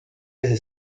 desde